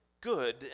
good